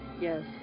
yes